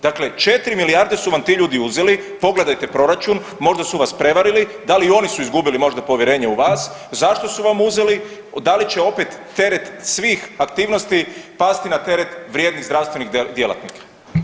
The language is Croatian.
Dakle, 4 milijarde su vam ti ljudi uzeli, pogledajte proračun, možda su vas prevarili, da li oni su izgubili možda povjerenje u vas, zašto su vam uzeli, da li će opet svih aktivnosti pasti na teret vrijednih zdravstvenih djelatnika.